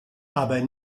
aber